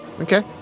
Okay